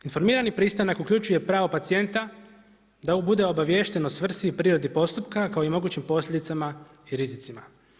Informirani pristanak uključuje pravo pacijenta da bude obavješten o svrsi i prirodi postupka, kao i mogućim posljedicama i rizicima.